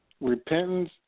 Repentance